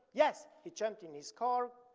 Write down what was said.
yes. he jumped in his car,